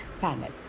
panel